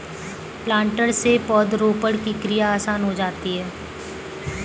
planter से पौधरोपण की क्रिया आसान हो जाती है